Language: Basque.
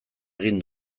egin